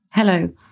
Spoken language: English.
Hello